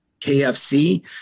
kfc